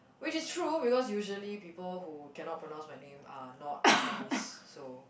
which is true because usually people who cannot pronounce my name are not Chinese so